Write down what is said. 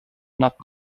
not